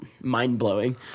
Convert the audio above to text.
mind-blowing